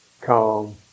calm